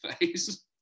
face